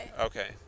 Okay